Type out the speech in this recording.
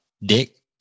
Dick